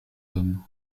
hommes